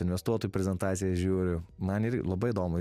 investuotų prezentacijas žiūriu man ir labai įdomu